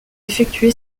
effectué